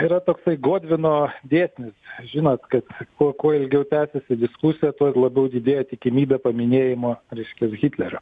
yra toksai godvino dėsnis žinot kad kuo kuo ilgiau tęsiasi diskusija tuo labiau didėja tikimybė paminėjimo reiškias hitlerio